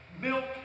Milk